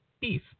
beef